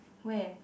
where